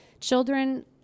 children